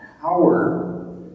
power